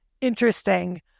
Interesting